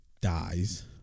dies